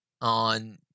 on